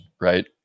right